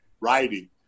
writing